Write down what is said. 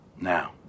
Now